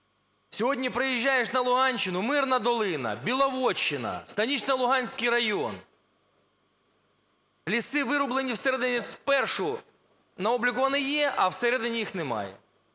Сьогодні приїжджаєш на Луганщину – Мирна Долина, Біловодщина, Станично-Луганський район – ліси вирублено в середині спершу: на обліку вони є, а всередині їх немає.